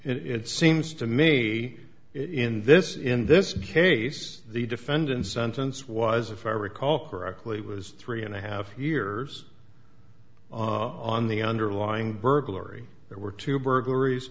it seems to me in this in this case the defendant sentence was if i recall correctly was three and a half years on the underlying burglary there were two